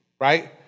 right